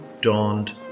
dawned